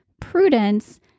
prudence